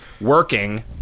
working